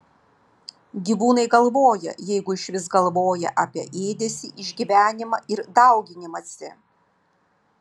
gyvūnai galvoja jeigu išvis galvoja apie ėdesį išgyvenimą ir dauginimąsi